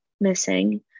missing